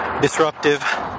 disruptive